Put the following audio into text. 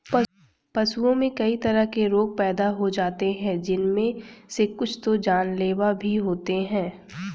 पशुओं में कई तरह के रोग पैदा हो जाते हैं जिनमे से कुछ तो जानलेवा भी होते हैं